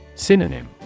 Synonym